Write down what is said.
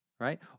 right